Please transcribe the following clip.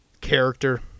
Character